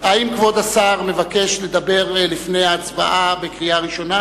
האם כבוד השר מבקש לדבר לפני ההצבעה בקריאה ראשונה?